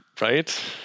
Right